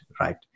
right